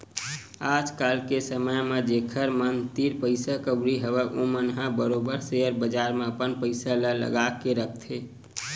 आज के समे म जेखर मन तीर पइसा कउड़ी हवय ओमन ह बरोबर सेयर बजार म अपन पइसा ल लगा के रखथे